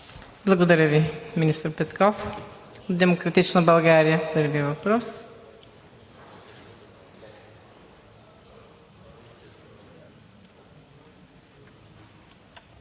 Благодаря Ви, министър Петков. „Демократична България“ – първи въпрос.